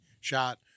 shot